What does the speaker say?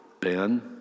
Ben